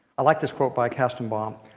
i like this quote by kastenbaum.